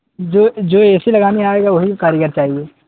جو جو A C لگانے آئے گا وہی کاریگر چاہیے